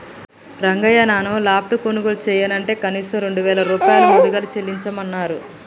రంగయ్య నాను లాప్టాప్ కొనుగోలు చెయ్యనంటే కనీసం రెండు వేల రూపాయలు ముదుగలు చెల్లించమన్నరు